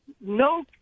no